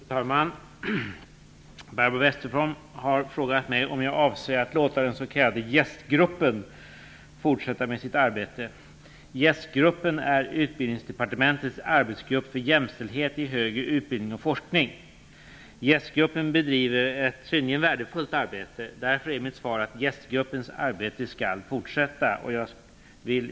Fru talman! Barbro Westerholm har frågat mig om jag avser att låta den s.k. JÄST-gruppen fortsätta med sitt arbete. JÄST-gruppen är gruppen bedriver ett synnerligen värdefullt arbete. Därför är mitt svar att JÄST-gruppens arbete skall fortsätta.